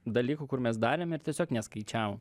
dalykų kur mes darėm ir tiesiog neskaičiavom